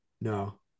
No